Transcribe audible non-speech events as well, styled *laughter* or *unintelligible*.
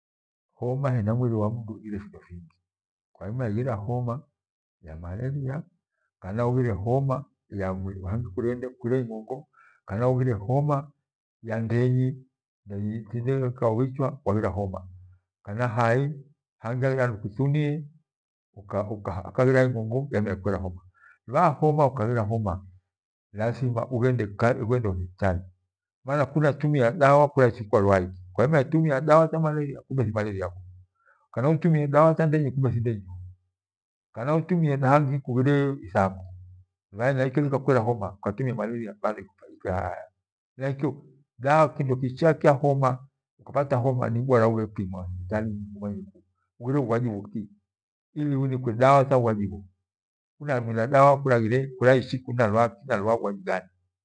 Homa hena mwiri wanduighire findo fingi kwairima ighira homa ya malaria, kana ighire hola kale kurende karende kughire ing’ongo, ughire homa ya ndenyi thinduikaa ubhichwa kwaghira homa. Kana, hai haghire handu kuthinie uka- ukaghira ing’ongo kyairima ikwera homaaa. Lubhaha hole ukaghira homa lathima ughende ka hospitali mana kwairima itumia dawa kuarichi ku mkwa lwaa ikii kwairiima itumia dawa tha malaria kumbe ni maleriagho kana utumie dawa tha ndenyi kumbe thin de nyi yo. Kana utumie dawa handi kughire ithango. Henaihyo kughire hina lakini malaria ike haya haya. Henaikyo dawa kindo kicha cha homa kupata homa ni boara ughepimwa umwanyika ku kughire bhuaji bhuki. Ili unikwe dawa tha bhuajibho kunamira dawa kuraghie kuraraichiku nkwa *unintelligible* lwaa bhuaji gani.